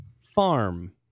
farm